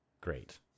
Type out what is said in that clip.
Great